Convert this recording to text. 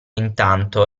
intanto